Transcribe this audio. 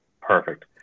Perfect